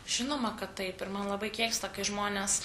žinoma kad taip ir man labai keista kai žmonės